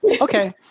okay